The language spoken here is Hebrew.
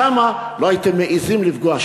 שם לא הייתם מעזים לפגוע,